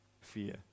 fear